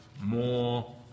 more